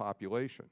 population